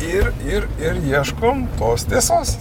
ir ir ir ieškom tos tiesos